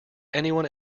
anyone